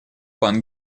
пан